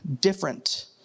different